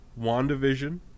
WandaVision